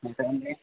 ఎక్కడండి